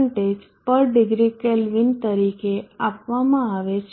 045 પર degree Kelvin તરીકે આપવામાં આવે છે